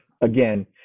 again